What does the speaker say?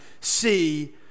see